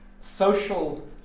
social